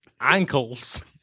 Ankles